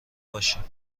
باشیم